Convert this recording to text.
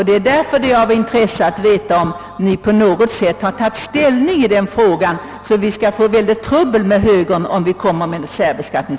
Därför är det av intresse att få veta om ni på något sätt har tagit ställning i frågan så att vi vet om vi får »trubbel» med högern när vi föreslår särbeskattning.